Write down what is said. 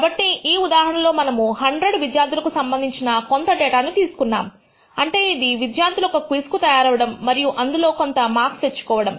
కాబట్టి ఈ ఉదాహరణలో మనము 100 విద్యార్థులకు సంబంధించిన కొంత డేటా ను తీసుకున్నాము అంటే ఇది విద్యార్థులు ఒక క్విజ్ కు తయారవడం మరియు అందులో కొంత మార్క్స్ తెచ్చుకోవడం